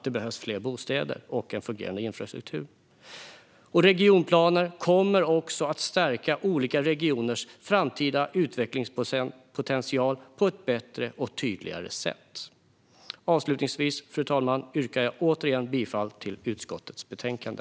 Det behövs fler bostäder och en fungerande infrastruktur. Regionplaner kommer också att stärka olika regioners framtida utvecklingspotential på ett bättre och tydligare sätt. Avslutningsvis, fru talman, yrkar jag återigen bifall till förslaget i utskottets betänkande.